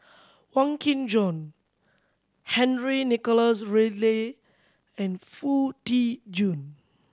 Wong Kin Jong Henry Nicholas Ridley and Foo Tee Jun